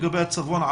לגבי הצפון,